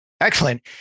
Excellent